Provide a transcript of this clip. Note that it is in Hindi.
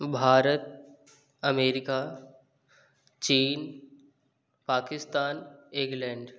भारत अमेरिका चीन पाकिस्तान इग्लैंड